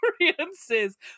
experiences